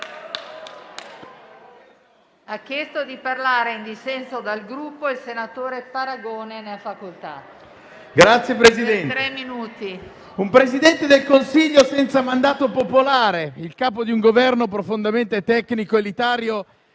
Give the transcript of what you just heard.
*(Misto-IpI-PVU)*. Un Presidente del Consiglio senza mandato popolare, il Capo di un Governo profondamente tecnico ed elitario,